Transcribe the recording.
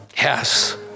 Yes